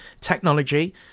technology